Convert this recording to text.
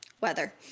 weather